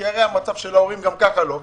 כי הרי המצב של ההורים גם כך לא משהו.